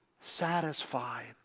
satisfied